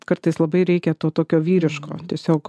kartais labai reikia to tokio vyriško tiesiog